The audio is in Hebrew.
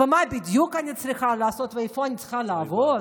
מה בדיוק אני צריכה לעשות ואיפה אני צריכה לעבוד.